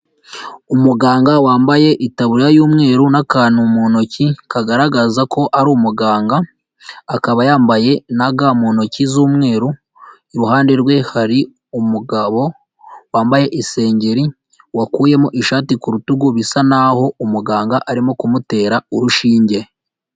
Umuganga wambaye itaburiya y'umweru n'akantu mu ntoki kagaragaza ko ari umuganga, akaba yambaye na ga mu ntoki z'umweru, iruhande rwe hari umugabo wambaye isengeri wakuyemo ishati ku rutugu, bisa naho umuganga arimo kumutera urushinge.